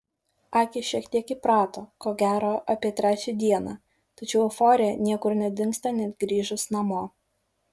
akys šiek tiek įprato ko gero apie trečią dieną tačiau euforija niekur nedingsta net grįžus namo